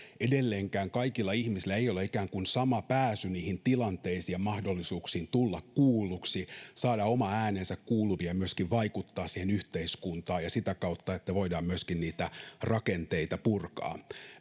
edelleenkään kaikilla ihmisillä ei ole samaa pääsyä niihin tilanteisiin ja mahdollisuuksiin tulla kuulluksi saada oma äänensä kuuluviin ja myöskin vaikuttaa yhteiskuntaan sitä kautta että voidaan myöskin niitä rakenteita purkaa